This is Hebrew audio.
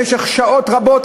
במשך שעות רבות.